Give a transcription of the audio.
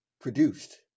Produced